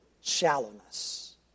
shallowness